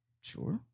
Sure